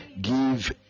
give